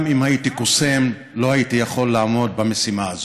גם אם הייתי קוסם לא הייתי יכול לעמוד במשימה הזו.